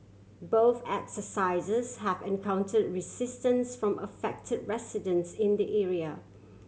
both exercises have encounter resistance from affect residents in the area